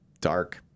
Dark